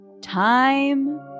Time